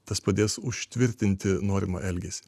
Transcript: tas padės užtvirtinti norimą elgesį